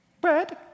bread